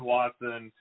Watson